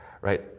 right